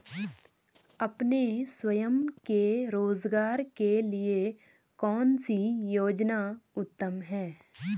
अपने स्वयं के रोज़गार के लिए कौनसी योजना उत्तम है?